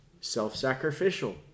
self-sacrificial